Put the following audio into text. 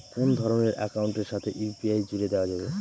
কোন ধরণের অ্যাকাউন্টের সাথে ইউ.পি.আই জুড়ে দেওয়া যাবে?